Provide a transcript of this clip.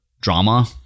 drama